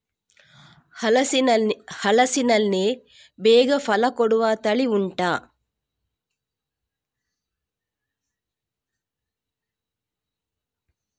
ಹಲಸಿನಲ್ಲಿ ಬೇಗ ಫಲ ಕೊಡುವ ತಳಿ ಉಂಟಾ